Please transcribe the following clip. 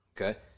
Okay